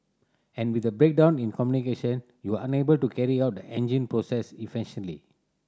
and with a breakdown in communication you are unable to carry out the engine process efficiently